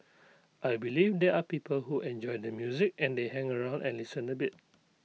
I believe there are people who enjoy the music and they hang around and listen A bit